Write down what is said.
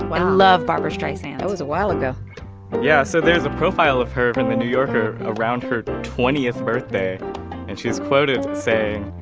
i love barbra streisand that was a while ago yeah. so there's a profile of her from and the new yorker around her twentieth birthday and she's quoted saying,